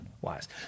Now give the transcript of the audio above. wise